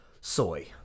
Soy